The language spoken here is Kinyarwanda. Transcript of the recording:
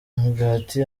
imigati